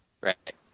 right